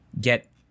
get